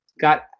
got